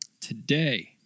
Today